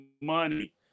money